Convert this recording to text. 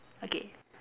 okay